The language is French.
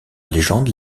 légende